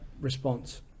response